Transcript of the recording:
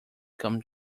come